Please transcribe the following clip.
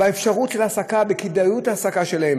באפשרות להעסקה ובכדאיות ההעסקה שלהם,